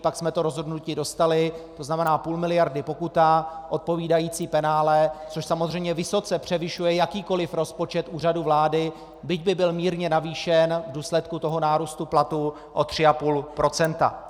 Pak jsme to rozhodnutí dostali to znamená půl miliardy pokuta, odpovídající penále, což samozřejmě vysoce převyšuje jakýkoliv rozpočet Úřadu vlády, byť by byl mírně navýšen v důsledku nárůstu platů o 3,5 %.